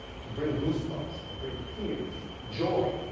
to bring goosebumps, to bring tears, joy,